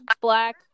black